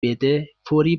بده، فوری